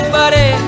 buddy